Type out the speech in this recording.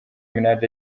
minaj